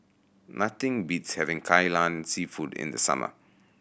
nothing beats having Kai Lan Seafood in the summer